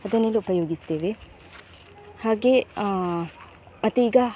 ಅದನ್ನೆಲ್ಲ ಉಪಯೋಗಿಸ್ತೇವೆ ಹಾಗೇ ಮತ್ತೀಗ